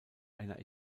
einer